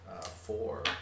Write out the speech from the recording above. Four